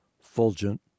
fulgent